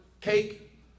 cake